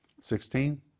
Sixteen